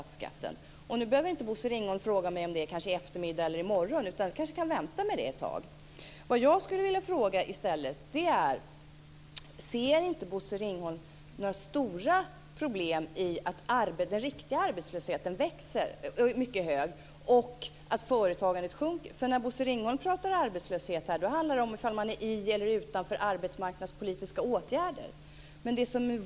Bosse Ringholm behöver inte fråga mig om det kanske i dag på eftermiddagen eller i morgon, utan det kan vi kanske vänta med ett tag. Vad jag i stället skulle vilja fråga är följande: Ser inte Bosse Ringholm några stora problem i att den riktiga arbetslösheten är mycket hög och att företagandet sjunker? När Bosse Ringholm här pratar om arbetslöshet handlar det om ifall man är i eller utanför arbetsmarknadspolitiska åtgärder.